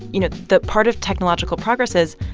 you know, that part of technological progress is,